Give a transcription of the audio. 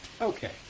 okay